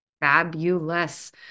Fabulous